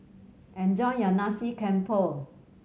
enjoy your Nasi Campur